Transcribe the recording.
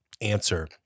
answer